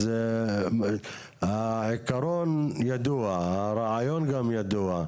העיקרון ידוע, הרעיון ידוע,